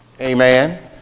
Amen